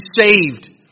saved